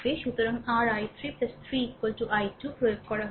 সুতরাং rI3 3 I2 প্রয়োগ করা হচ্ছে